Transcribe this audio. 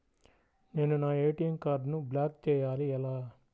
నేను నా ఏ.టీ.ఎం కార్డ్ను బ్లాక్ చేయాలి ఎలా?